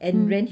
mm